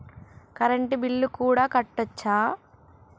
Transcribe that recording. Current bill కూడా కట్టొచ్చా?